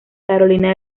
carolina